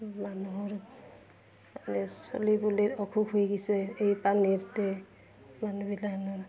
মানুহৰ মানে চলিবলৈ অসুখ হৈ গৈছে এই পানীতে মানুহবিলাক